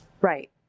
Right